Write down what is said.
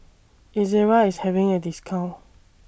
Ezerra IS having A discount